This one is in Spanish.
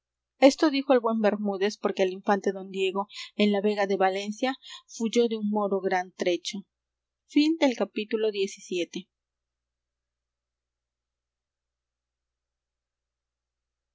esto dijo el buen bermúdez porque el infante don diego en la vega de valencia fuyó de un moro gran trecho